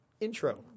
intro